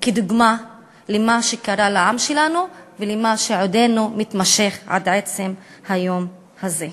כדוגמה למה שקרה לעם שלנו ולמה שעודנו מתמשך עד עצם היום הזה.